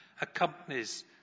accompanies